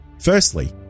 Firstly